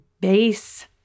base